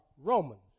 Romans